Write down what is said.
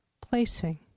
placing